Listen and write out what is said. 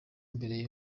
imbere